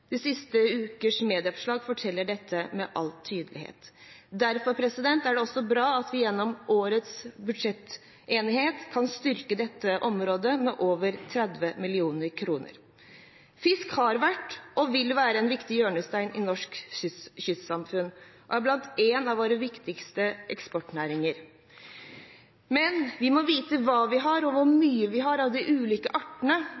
De siste ukers medieoppslag forteller dette med all tydelighet. Derfor er det bra at vi gjennom årets budsjettenighet kan styrke dette området med over 30 mill. kr. Fiskeri har vært og vil være en viktig hjørnestein i norsk kystsamfunn og er en av våre viktigste eksportnæringer. Men vi må vite hva vi har, og hvor mye vi har av de ulike artene.